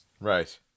Right